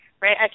Right